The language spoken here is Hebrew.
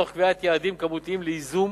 תוך קביעת יעדים כמותיים לייזום